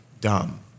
dumb